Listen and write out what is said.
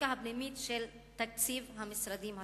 לחלוקה הפנימית של תקציב המשרדים השונים,